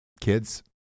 kids